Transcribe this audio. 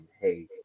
hey